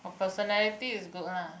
her personality is good lah